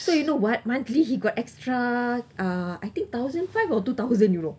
so you know what monthly he got extra uh I think thousand five or two thousand you know